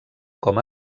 com